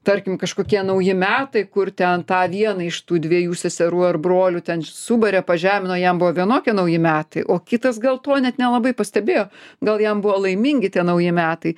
tarkim kažkokie nauji metai kur ten tą vieną iš tų dviejų seserų ar brolių ten subarė pažemino jam buvo vienokie nauji metai o kitas gal to net nelabai pastebėjo gal jam buvo laimingi tie nauji metai